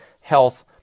health